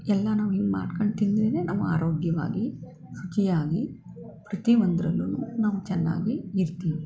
ಎಲ್ಲ ನಾವು ಹಿಂಗೆ ಮಾಡ್ಕೊಂಡು ತಿಂದರೇನೆ ನಾವು ಆರೋಗ್ಯವಾಗಿ ಶುಚಿಯಾಗಿ ಪ್ರತಿಯೊಂದ್ರಲ್ಲೂ ನಾವು ಚೆನ್ನಾಗಿ ಇರ್ತೀವಿ